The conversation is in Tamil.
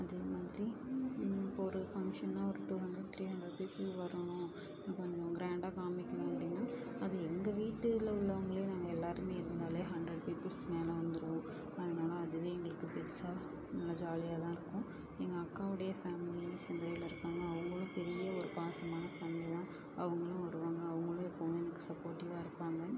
அதே மாதிரி இப்போ ஒரு ஃபங்க்ஷன்னா ஒரு two hundred three hundred people வரணும் பண்ணும் க்ராண்டாக காமிக்கணும் அப்படின்னா அது எங்கள் வீட்டில் உள்ளவங்களே நாங்கள் எல்லோருமே இருந்தாலே ஹண்ட்ரெட் பீப்பிள்ஸ் மேலே வந்துரும் அதனால் அதுவே எங்களுக்கு பெருசாக நல்லா ஜாலியாக தான் இருக்கும் எங்கள் அக்காவுடைய ஃபேமிலியும் செந்துறையில் இருக்காங்க அவங்களும் பெரிய ஒரு பாசமான ஃபேமிலி தான் அவங்களும் வருவாங்க அவங்களும் எப்போவுமே எனக்கு சப்போர்ட்டிவாக இருப்பாங்க